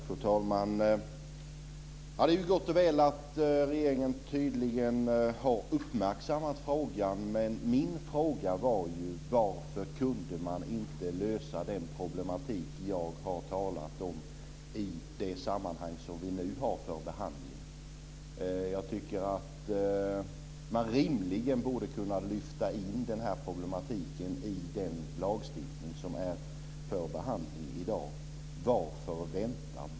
Fru talman! Det är gott och väl att regeringen tydligen har uppmärksammat frågan. Men min fråga var: Varför kunde man inte lösa den problematik jag har talat om i det sammanhang vi nu har för behandling? Jag tycker att man rimligen borde kunna lyfta in problematiken i den lagstiftning som är för behandling i dag. Varför ska man vänta?